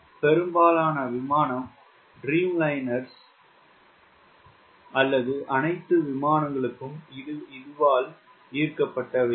பெரும்பாலான விமானம் ட்ரீம்லைனர் அல்லது அணைத்து விமானங்களும் இதுவால் ஈர்க்கப்பட்டவையே